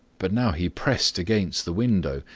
but now he pressed against the window,